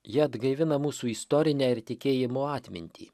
ji atgaivina mūsų istorinę ir tikėjimo atmintį